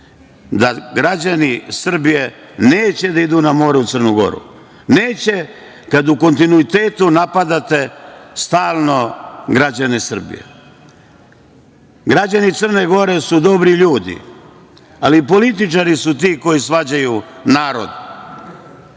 da građani Srbije neće da idu na more u Crnu Goru, neće kada u kontinuitetu napadate stalno građane Srbije. Građani Crne Gore su dobri ljudi, ali političari su ti koji svađaju narod. Kada